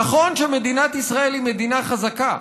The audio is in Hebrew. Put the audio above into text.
נכון שמדינת ישראל היא מדינה חזקה,